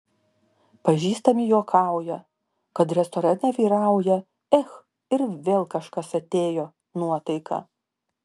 pažįstami juokauja kad restorane vyrauja ech ir vėl kažkas atėjo nuotaika